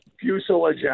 fuselage